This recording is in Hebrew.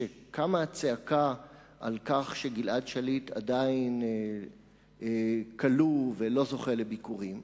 כשקמה צעקה על כך שגלעד שליט עדיין כלוא ולא זוכה לביקורים,